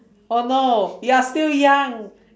oh no you are still young